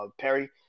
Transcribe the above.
Perry